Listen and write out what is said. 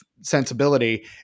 sensibility